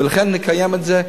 ולכן נקיים את זה פסיק,